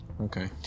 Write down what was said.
Okay